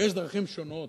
ויש דרכים שונות,